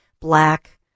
black